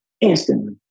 Instantly